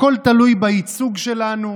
הכול תלוי בייצוג שלנו,